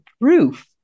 proof